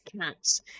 Cats